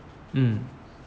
um